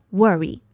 worry